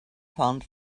found